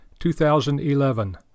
2011